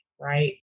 right